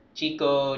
Chico